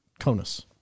CONUS